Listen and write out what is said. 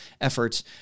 efforts